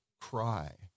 cry